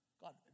God